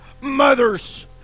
mothers